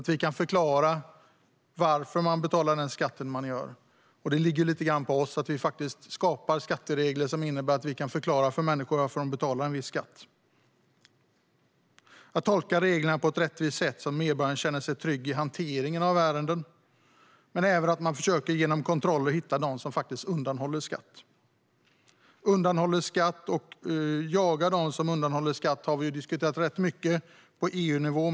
Vi ska kunna förklara varför de betalar den skatt de betalar. Det ligger lite grann på oss att vi skapar skatteregler som innebär att vi kan förklara för människor varför de betalar en viss skatt. Det gäller att man tolkar reglerna på ett rättvist sätt så att medborgaren känner sig trygg i hanteringen av ärenden men även att man genom kontroller försöker hitta dem som undanhåller skatt. Vi har rätt mycket på EU-nivå diskuterat undanhållen skatt och att jaga dem som undanhåller skatt.